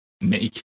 make